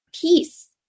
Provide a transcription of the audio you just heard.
peace